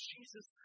Jesus